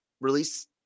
release